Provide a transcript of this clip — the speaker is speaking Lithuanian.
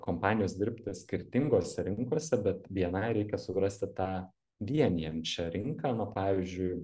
kompanijos dirbti skirtingose rinkose bet bni reikia surasti tą vienijančią rinką na pavyzdžiui